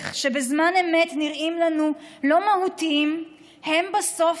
שבזמן אמת נראים לנו לא מהותיים הם בסוף